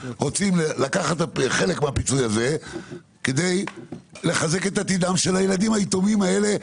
רוצות לקחת חלק מהפיצוי הזה כדי לחזק את עתידם של הילדים היתומים האלה,